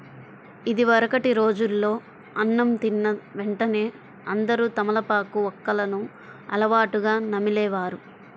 ఇదివరకటి రోజుల్లో అన్నం తిన్న వెంటనే అందరూ తమలపాకు, వక్కలను అలవాటుగా నమిలే వారు